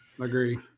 agree